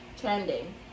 Trending